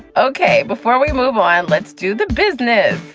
ok, before we move on, let's do the business.